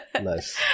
Nice